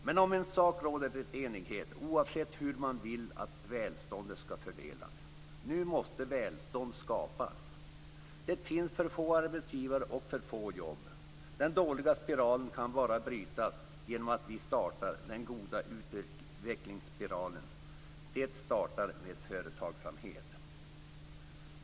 Men om en sak råder det enighet, oavsett hur man vill att välståndet skall fördelas, nämligen att välstånd nu måste skapas. Det finns för få arbetsgivare och för få jobb. Den dåliga spiralen kan bara brytas genom att vi startar den goda utvecklingsspiralen. Det startar med företagsamhet.